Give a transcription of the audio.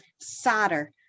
solder